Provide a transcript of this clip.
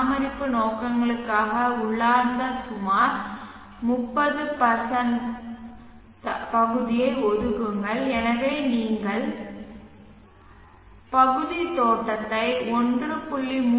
பராமரிப்பு நோக்கங்களுக்காக உள்ளார்ந்த சுமார் 30 பகுதியை ஒதுக்குங்கள் எனவே நீங்கள் பகுதி தோட்டத்தை 1